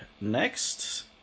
next